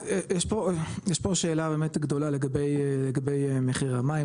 יש פה שאלה באמת גדולה לגבי מחיר המים,